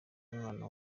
n’umwana